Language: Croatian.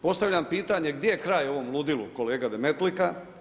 Postavljam pitanje, gdje je kraj ovom ludilu kolega Demetlika?